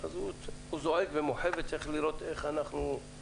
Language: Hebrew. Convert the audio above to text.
אז הוא זועק ומוחה וצריך לראות איך אנחנו,